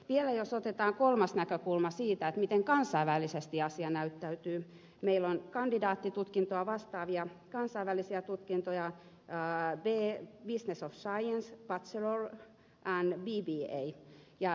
vielä jos otetaan kolmas näkökulma siitä miten kansainvälisesti asia näyttäytyy meillä on kandidaattitutkintoa vastaavia kansainvälisiä tutkintoja bachelor of science in business ja bba